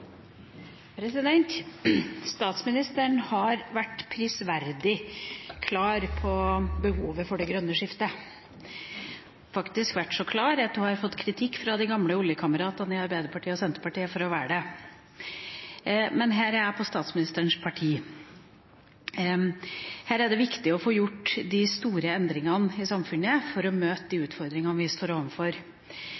Statsministeren har vært prisverdig klar på behovet for det grønne skiftet, faktisk så klar at hun har fått kritikk fra de gamle oljekameratene i Arbeiderpartiet og Senterpartiet for å være det. Men her er jeg på statsministerens parti. Her er det viktig å få gjort de store endringene i samfunnet for å møte de utfordringene vi står